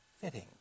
fitting